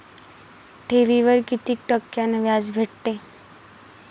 ठेवीवर कितीक टक्क्यान व्याज भेटते?